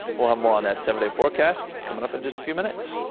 we'll have more on that seven day forecast coming up in just a few minutes.